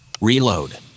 Reload